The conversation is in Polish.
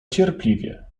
cierpliwie